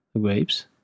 grapes